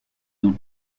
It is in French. nom